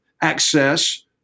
access